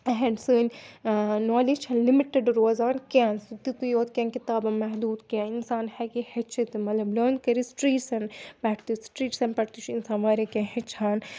ahead سٲنۍ knowledge چھَنہٕ limited روزان کیٚنٛہہ سُہ تیُتُے یوت کیٚنٛہہ کِتابَن محدوٗد کیٚنٛہہ اِنسان ہٮ۪کہِ ہیٚچھِتھ تہِ مطلب لٲن کٔرِتھ سٕٹرٛیٖسَن پٮ۪ٹھ تہِ سٕٹرٛیٖٹسَن پٮ۪ٹھ تہِ چھُ اِنسان واریاہ کیٚنٛہہ ہیٚچھان